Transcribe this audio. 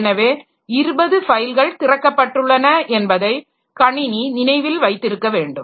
எனவே 20 ஃபைல்கள் திறக்கப்பட்டுள்ளன என்பதை கணினி நினைவில் வைத்திருக்க வேண்டும்